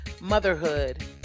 motherhood